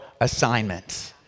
assignments